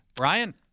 Ryan